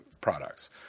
products